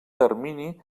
termini